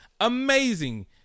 amazing